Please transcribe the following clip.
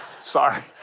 Sorry